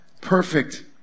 perfect